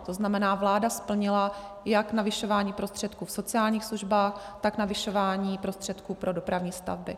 To znamená, vláda splnila jak navyšování prostředků v sociálních službách, tak navyšování prostředků pro dopravní stavby.